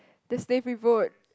the stay people would